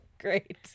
Great